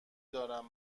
دارم